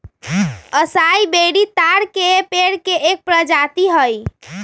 असाई berry ताड़ के पेड़ के एक प्रजाति हई